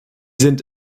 sind